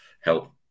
help